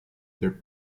their